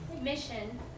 mission